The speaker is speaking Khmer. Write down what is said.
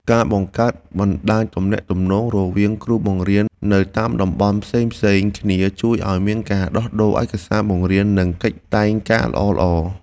ការបង្កើតបណ្តាញទំនាក់ទំនងរវាងគ្រូបង្រៀននៅតាមតំបន់ផ្សេងៗគ្នាជួយឱ្យមានការដោះដូរឯកសារបង្រៀននិងកិច្ចតែងការល្អៗ។